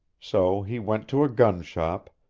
so he went to a gun-shop,